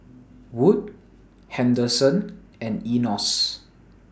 Wood Henderson and Enos